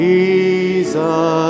Jesus